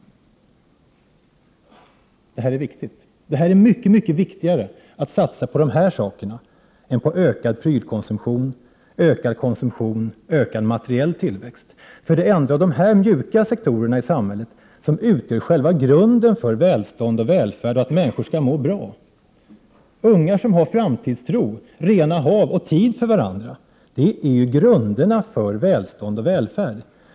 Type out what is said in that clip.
Det är mycket viktigare att satsa på dessa frågor än på ökad prylkonsumtion, dvs. ökad materiell tillväxt. Det är trots allt dessa mjuka sektorer i samhället som utgör själva grunden för välstånd och välfärd och för människors möjlighet att må bra. Ungar som har framtidstro, rena hav och tid för varandra utgör ju grunden för välstånd och välfärd.